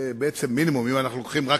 זה בעצם המינימום אם אנחנו לוקחים רק